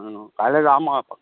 কাইলৈ যাম আৰু এপাক